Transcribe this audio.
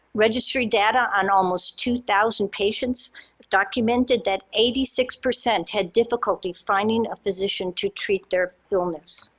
registry data on almost two thousand patients documented that eighty six percent had difficulty finding a physician to treat their illness.